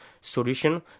solution